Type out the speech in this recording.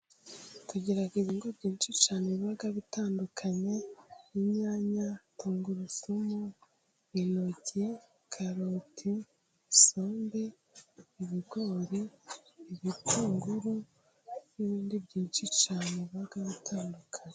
Tugira ibihingwa byinshi cyane biba bitandukanye inyanya ,tungurusumu, intoryi, karoti, isombe, ibigori, ibitunguru n'ibindi byinshi cyane biba bitandukanye.